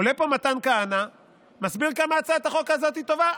עולה לפה מתן כהנא ומסביר כמה הצעת החוק הזאת היא טובה,